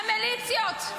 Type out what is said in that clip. הזהירה מהמיליציות.